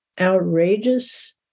outrageous